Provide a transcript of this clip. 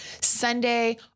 Sunday